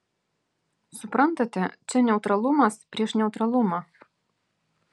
suprantate čia neutralumas prieš neutralumą